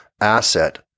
asset